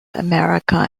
america